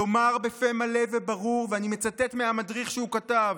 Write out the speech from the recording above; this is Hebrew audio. לומר בפה מלא וברור, ואני מצטט מהמדריך שהוא כתב: